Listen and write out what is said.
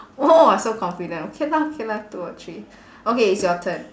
!wah! so confident okay lah K lah two or three okay it's your turn